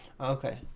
Okay